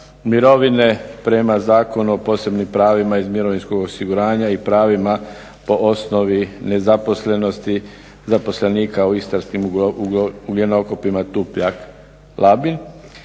mirovine prema Zakonu o posebnim pravima iz mirovinskog osiguranja i pravima po osnovi nezaposlenosti zaposlenika u istarskim ugljenokopima TUPLJAK